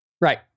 Right